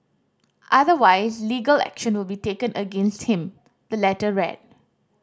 otherwise legal action will be taken against him the letter read